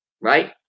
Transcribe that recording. right